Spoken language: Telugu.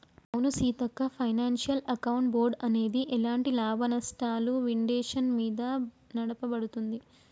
అవును సీతక్క ఫైనాన్షియల్ అకౌంట్ బోర్డ్ అనేది ఎలాంటి లాభనష్టాలు విండేషన్ మీద నడపబడుతుంది